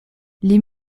les